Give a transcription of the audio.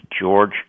George